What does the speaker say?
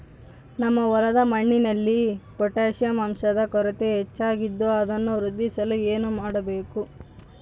ನಮ್ಮ ಹೊಲದ ಮಣ್ಣಿನಲ್ಲಿ ಪೊಟ್ಯಾಷ್ ಅಂಶದ ಕೊರತೆ ಹೆಚ್ಚಾಗಿದ್ದು ಅದನ್ನು ವೃದ್ಧಿಸಲು ಏನು ಮಾಡಬೇಕು?